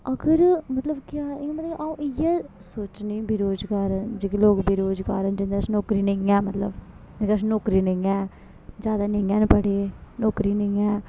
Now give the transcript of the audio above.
अगर मतलब केह् आखदे आ'ऊं इ'यै सोचनी बेरोजगार जेह्के लोक बेरोजगार न जिंदे कश नौकरी नेईं ऐ मतलब जिंदे कश नौकरी नेईं ऐ ज्यादा नेईं हैन पढ़े नौकरी नेईं ऐ